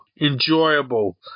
enjoyable